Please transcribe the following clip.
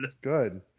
Good